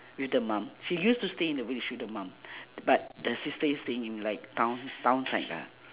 with the mom she used to stay in the village with the mom but the sister is staying in like town town side lah